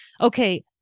okay